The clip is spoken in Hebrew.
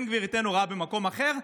בן גביר ייתן הוראה במקום אחר,